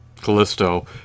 Callisto